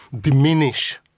diminish